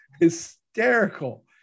hysterical